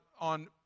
on